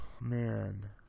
man